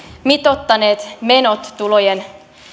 mitoittaneet menot tuloja